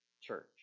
church